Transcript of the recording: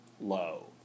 low